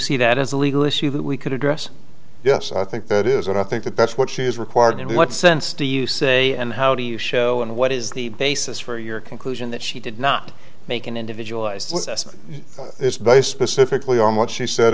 see that as a legal issue that we could address yes i think that is what i think that that's what she is required in what sense do you say and how do you show and what is the basis for your conclusion that she did not make an individualized is by specifical